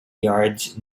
yards